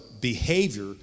behavior